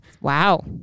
wow